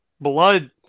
blood